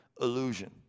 illusion